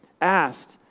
asked